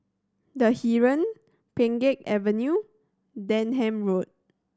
The Heeren Pheng Geck Avenue Denham Road